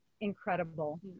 incredible